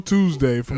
Tuesday